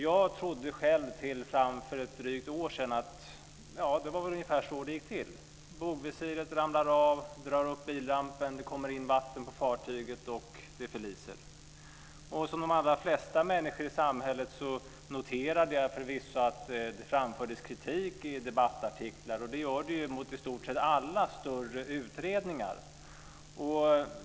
Jag trodde själv fram till för drygt ett år sedan att det var ungefär så det gick till - bogvisiret ramlar av och drar upp bilrampen, det kommer in vatten i fartyget och det förliser. Som de allra flesta människor i samhället noterade jag förvisso att det framfördes kritik i debattartiklar. Det gör det ju mot i stort sett alla större utredningar.